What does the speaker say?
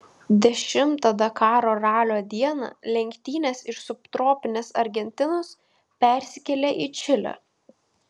dešimtą dakaro ralio dieną lenktynės iš subtropinės argentinos persikėlė į čilę